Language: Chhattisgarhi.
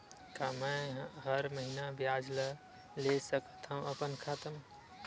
का मैं हर महीना ब्याज ला ले सकथव अपन खाता मा?